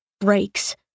breaks